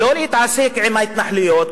שלא להתעסק עם ההתנחלויות,